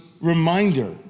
reminder